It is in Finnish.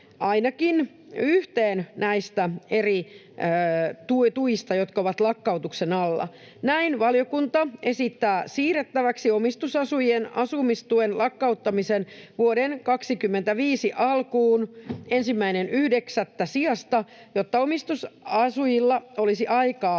ainakin yhteen näistä eri tuista, jotka ovat lakkautuksen alla. Näin valiokunta esittää siirrettäväksi omistusasujien asumistuen lakkauttamisen vuoden 25 alkuun 1.9. sijasta, jotta omistusasujilla olisi aikaa